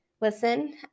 listen